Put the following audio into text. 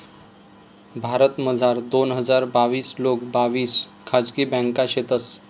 भारतमझार दोन हजार बाविस लोंग बाविस खाजगी ब्यांका शेतंस